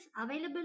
available